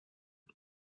you